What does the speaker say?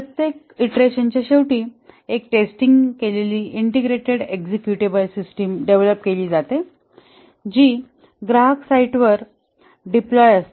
प्रत्येक ईंटरेशनच्या शेवटी एक टेस्टिंग केलेली इंटिग्रेटेड एक्झिक्युटेबल सिस्टम डेव्हलप केली जाते जी ग्राहक साइटवर डिप्लॉय असते